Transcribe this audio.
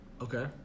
Okay